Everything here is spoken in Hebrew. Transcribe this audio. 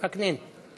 וקנין.